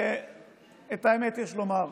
את האמת יש לומר,